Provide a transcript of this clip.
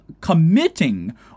committing